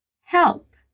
help